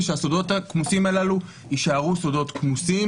ושהסודות הכמוסים הללו יישארו סודות כמוסים,